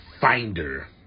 finder